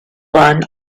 one